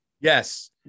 Yes